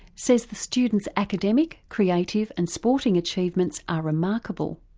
says the students' academic, creative and sporting achievements are remarkable,